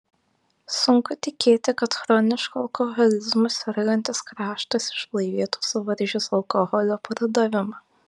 sunku tikėti kad chronišku alkoholizmu sergantis kraštas išblaivėtų suvaržius alkoholio pardavimą